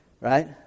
right